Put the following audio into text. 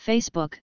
Facebook